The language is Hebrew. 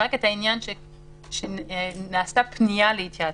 רק את העניין שנעשתה פנייה להתייעצות.